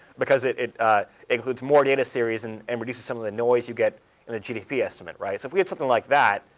because it includes more data series and and reduces some of the noise you get in the gdp estimate. so if we had something like that,